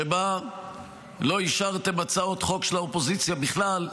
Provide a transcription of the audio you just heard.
שבה לא אישרתם הצעות חוק של האופוזיציה בכלל.